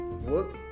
work